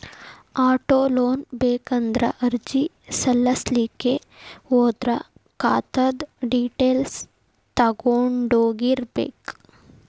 auto loan ಬೇಕಂದ್ರ ಅರ್ಜಿ ಸಲ್ಲಸ್ಲಿಕ್ಕೆ ಹೋದ್ರ ಖಾತಾದ್ದ್ ಡಿಟೈಲ್ಸ್ ತಗೊಂಢೊಗಿರ್ಬೇಕ್